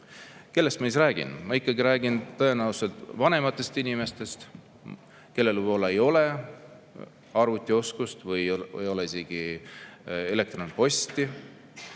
Kellest ma siis räägin? Ma räägin tõenäoliselt vanematest inimestest, kellel võib-olla ei ole arvutioskust või ei ole isegi elektronposti.